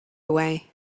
away